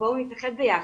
בואו נתאחד ביחד,